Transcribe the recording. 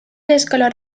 l’escola